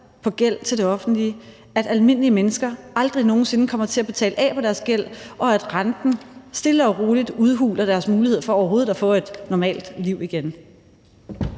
på gæld til det offentlige, at almindelige mennesker aldrig nogen sinde kommer til at betale af på deres gæld, og at renten stille og roligt udhuler deres mulighed for overhovedet at få et normalt liv igen.